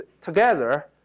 together